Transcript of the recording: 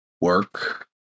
work